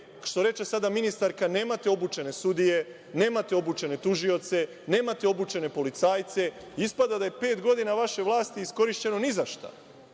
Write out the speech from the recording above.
što reče sada ministarka – nemate obučene sudije, nemate obučene tužioce, nemate obučene policajce. Ispada da je pet godina vaše vlasti iskorišćeno ni za šta.